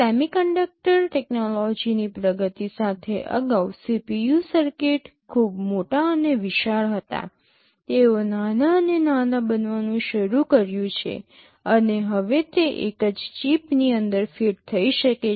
semiconductor ટેક્નોલોજીની પ્રગતિ સાથે અગાઉ CPU સર્કિટ ખૂબ મોટા અને વિશાળ હતા તેઓ નાના અને નાના બનવાનું શરૂ કર્યું છે અને હવે તે એક જ ચિપની અંદર ફિટ થઈ શકે છે